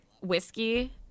whiskey